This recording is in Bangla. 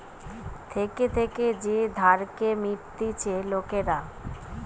থেকে থেকে যে ধারকে মিটতিছে লোকরা